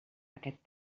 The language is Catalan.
aquest